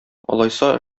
алайса